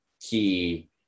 key